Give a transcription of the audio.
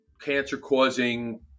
cancer-causing